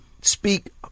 speak